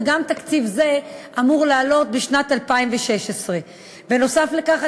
וגם תקציב זה אמור לעלות בשנת 2016. נוסף על כך,